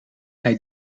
hij